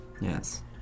Yes